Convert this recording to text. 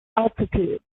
altitude